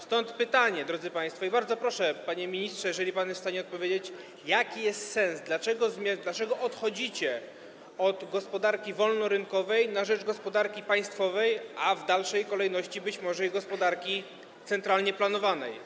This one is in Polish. Stąd pytanie, drodzy państwo, i bardzo proszę, panie ministrze, o odpowiedź, jeżeli jest pan w stanie odpowiedzieć: Jaki jest tego sens, dlaczego odchodzicie od gospodarki wolnorynkowej na rzecz gospodarki państwowej, a w dalszej kolejności być może i gospodarki centralnie planowanej?